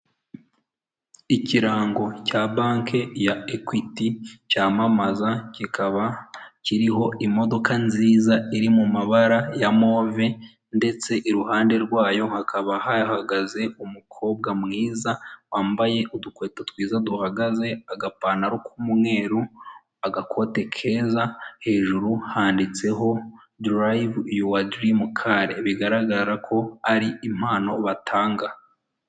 Ikirango cya Banke ya Equity, cyamamaza kikaba kiriho imodoka nziza iri mu mabara ya move, ndetse iruhande rwayo hakaba hahagaze umukobwa mwiza, wambaye udukweto twiza duhagaze, agapantaro k'umweru, agakote keza, hejuru handitseho darayivu yuwa dirimu kare. Bigaragara ko ari impano batanga.